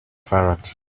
ferret